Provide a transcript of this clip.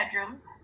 bedrooms